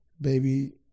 baby